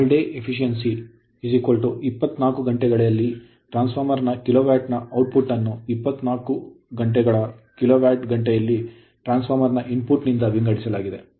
All day efficiency ಎಲ್ಲಾ ದಿನದ ದಕ್ಷತೆ 24 ಗಂಟೆಯಲ್ಲಿ ಟ್ರಾನ್ಸ್ ಫಾರ್ಮರ್ ಕಿಲೋವ್ಯಾಟ್ ನ ಔಟ್ ಪುಟ್ ಅನ್ನು 24 ಗಂಟೆಗಳ ಕಿಲೋವ್ಯಾಟ್ ಗಂಟೆಯಲ್ಲಿ ಟ್ರಾನ್ಸ್ ಫಾರ್ಮರ್ ಇನ್ ಪುಟ್ ನಿಂದ ವಿಂಗಡಿಸಲಾಗಿದೆ